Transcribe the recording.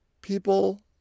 people